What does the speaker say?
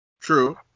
True